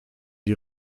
die